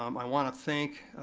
um i want to thank